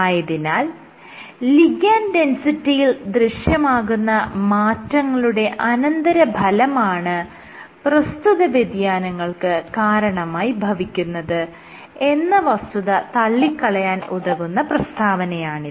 ആയതിനാൽ ലിഗാൻഡ് ഡെൻസിറ്റിയിൽ ദൃശ്യമാകുന്ന മാറ്റങ്ങളുടെ അനന്തരഫലമാണ് പ്രസ്തുത വ്യതിയാനങ്ങൾക്ക് കാരണമായി ഭവിക്കുന്നത് എന്ന വസ്തുത തള്ളിക്കളയാൻ ഉതകുന്ന പ്രസ്താവനയാണിത്